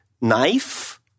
knife